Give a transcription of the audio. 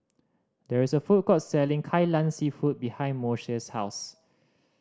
there is a food court selling Kai Lan Seafood behind Moshe's house